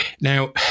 Now